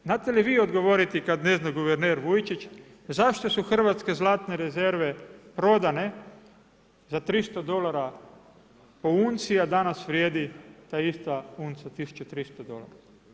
Znate li odgovoriti kad ne zna guverner Vujčić zašto su hrvatske zlate rezerve prodane za 300 dolara po unci a danas vrijedi ta ista unca 1300 dolara?